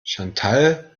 chantal